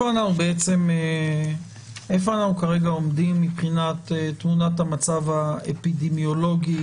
איפה אנחנו כרגע עומדים מבחינת תמונת המצב האפידמיולוגית,